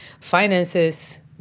finances